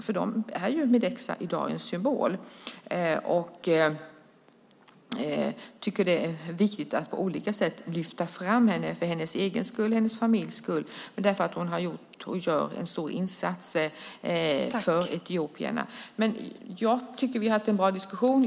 För dem är Mideksa en symbol i dag. Jag tycker att det är viktigt att på olika sätt lyfta fram henne för hennes egen skull, för hennes familjs skull och därför att hon har gjort och gör en stor insats för etiopierna. Jag tycker att vi har haft en bra diskussion.